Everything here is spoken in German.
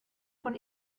von